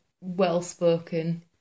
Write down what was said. well-spoken